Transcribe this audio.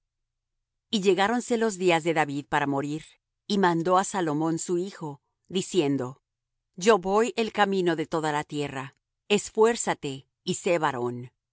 y llegaronse los días de david para morir y mandó á salomón su hijo diciendo yo voy el camino de toda la tierra esfuérzate y sé varón